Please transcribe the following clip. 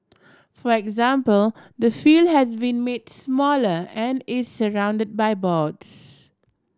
for example the field has been made smaller and is surround by boards